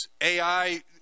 ai